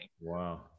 wow